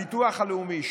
הביטוח הלאומי,